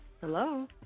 Hello